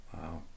wow